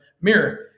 mirror